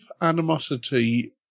animosity